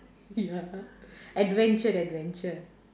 ya adventure adventure